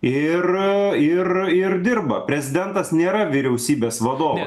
ir ir ir dirba prezidentas nėra vyriausybės vadovas